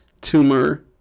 tumor